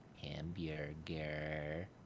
hamburger